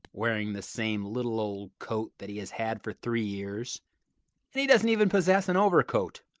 wearing the same little old coat that he has had for three years, and he doesn't even possess an overcoat!